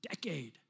decade